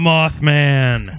Mothman